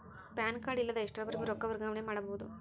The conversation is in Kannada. ಪ್ಯಾನ್ ಕಾರ್ಡ್ ಇಲ್ಲದ ಎಷ್ಟರವರೆಗೂ ರೊಕ್ಕ ವರ್ಗಾವಣೆ ಮಾಡಬಹುದು?